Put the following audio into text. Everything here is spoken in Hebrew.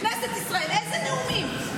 כנסת ישראל, איזה נאומים?